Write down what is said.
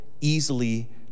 easily